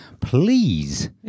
Please